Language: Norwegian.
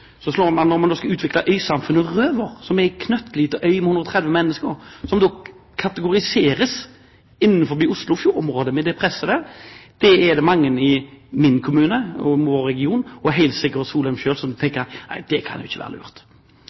når man skal utvikle øysamfunnet Røvær, en knøttliten øy med noen og tredve mennesker, være at de kommer i samme kategori som Oslofjordområdet, med det presset som er der. Da er det mange i min kommune og region – og helt sikkert Solheim selv – som tenker at det kan ikke være